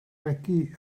regi